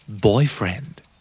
Boyfriend